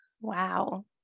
Wow